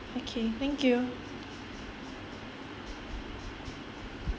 okay thank you